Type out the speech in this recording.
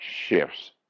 shifts